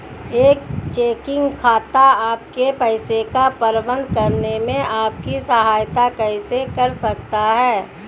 एक चेकिंग खाता आपके पैसे का प्रबंधन करने में आपकी सहायता कैसे कर सकता है?